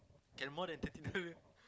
can more than thirty dollar